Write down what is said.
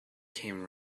came